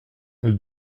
elle